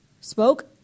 spoke